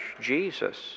Jesus